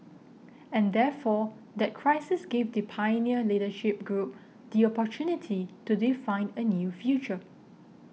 and therefore that crisis gave the pioneer leadership group the opportunity to define a new future